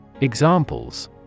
Examples